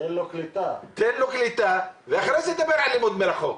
תן לו קליטה ואחרי זה תדבר על לימוד מרחוק.